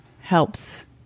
helps